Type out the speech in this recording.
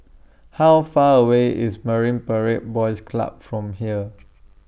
How Far away IS Marine Parade Boys Club from here